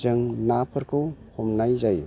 जों नाफोरखौ हमनाय जायो